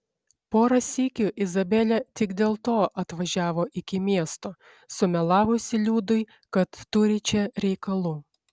porą sykių izabelė tik dėl to atvažiavo iki miesto sumelavusi liudui kad turi čia reikalų